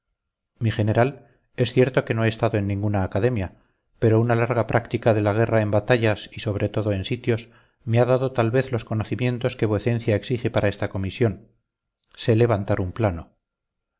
mi general es cierto que no he estado en ninguna academia pero una larga práctica de la guerra en batallas y sobre todo en sitios me ha dado tal vez los conocimientos que vuecencia exige para esta comisión sé levantar un plano